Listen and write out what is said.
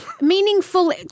meaningful